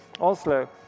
Oslo